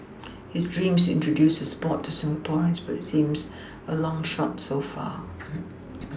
his dream is to introduce the sport to Singaporeans but it seems a long shot so far